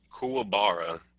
Kuabara